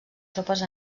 tropes